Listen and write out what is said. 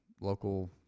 local